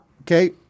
Okay